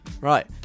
Right